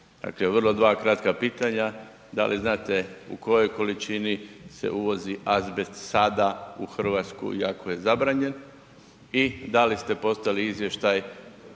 Dakle, vrlo dva kratka pitanja, da li znate u kojoj količini se uvozi azbest sada u RH iako je zabranjen i da li ste poslali izvještaj